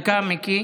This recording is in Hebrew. דקה, מיקי.